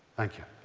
thank you.